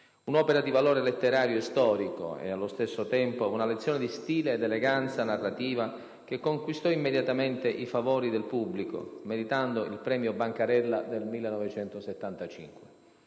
Un'opera di valore letterario e storico e, allo stesso tempo, una lezione di stile ed eleganza narrativa che conquistò immediatamente i favori del pubblico, meritando il Premio Bancarella nel 1975.